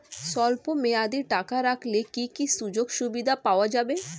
স্বল্পমেয়াদী টাকা রাখলে কি কি সুযোগ সুবিধা পাওয়া যাবে?